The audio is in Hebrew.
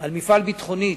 על סגירת מפעל "ביטחונית",